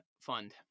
fund